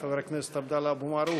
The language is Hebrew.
חבר הכנסת עבדאללה אבו מערוף,